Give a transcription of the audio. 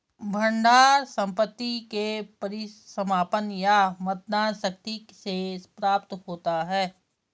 भंडार संपत्ति के परिसमापन या मतदान शक्ति से प्राप्त होता है